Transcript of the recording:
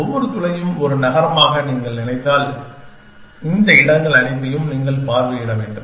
ஒவ்வொரு துளையையும் ஒரு நகரமாக நீங்கள் நினைத்தால் இந்த இடங்கள் அனைத்தையும் நீங்கள் பார்வையிட வேண்டும்